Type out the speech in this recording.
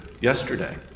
yesterday